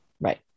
right